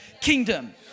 kingdom